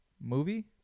movie